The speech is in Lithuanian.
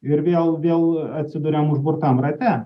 ir vėl vėl atsiduriam užburtam rate